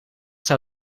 zou